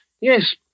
Yes